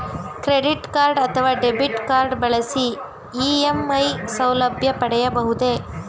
Credit card ಅಥವಾ debit card ಬಳಸಿ EMI ಸೌಲಭ್ಯ ಪಡೆಯಬಹುದೇ?